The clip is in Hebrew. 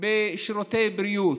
בשירותי בריאות.